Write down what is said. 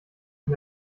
von